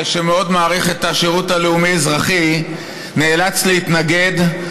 שמאוד מעריך את השירות הלאומי-אזרחי, נאלץ להתנגד.